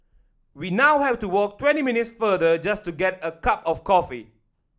we now have to walk twenty minutes farther just to get a cup of coffee